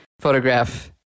photograph